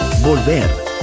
volver